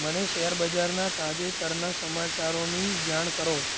મને શેરબજારનાં તાજેતરનાં સમાચારોની જાણ કરો